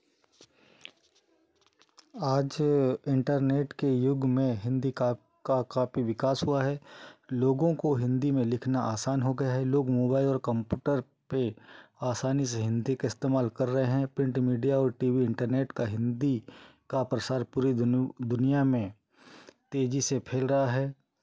आज इंटरनेट के युग में हिंदी का का काफ़ी विकास हुआ है लोगों को हिंदी में लिखना आसान हो गया है लोग मोबाइल और कंपूटर पर आसानी से हिंदी का इस्तेमाल कर रहे हैं प्रिंट मीडिया और टी वी इंटरनेट का हिंदी का प्रसार पूरी दुन दुनिया में तेज़ी से फैल रहा है